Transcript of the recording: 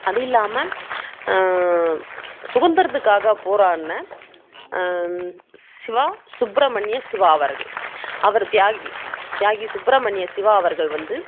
அது இல்லாமல் சுதந்தரத்துக்காக போராடின சிவா சுப்ரமணிய சிவா அவர்கள் அவர் தியாகி தியாகி சுப்ரமணிய சிவா அவர்கள் வந்து